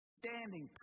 standing